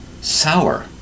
Sour